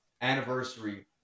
anniversary